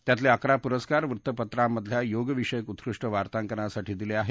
त्यातले अकरा पुरस्कार वृत्तपत्रांमधल्या योग विषयक उत्कृष्ट वार्तांकनासाठी दिले आहेत